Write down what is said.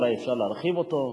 אולי אפשר להרחיב אותו?